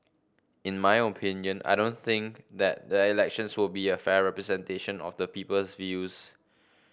in my opinion I don't think that the elections will be a fair representation of the people's views